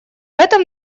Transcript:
этом